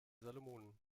salomonen